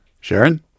Sharon